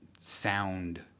sound